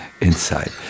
inside